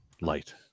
light